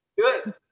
Good